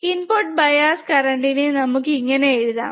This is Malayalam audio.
ഇൻപുട് ബയാസ് കറന്റ്നെ നമുക്ക് ഇങ്ങനെ എഴുതാം